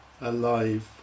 alive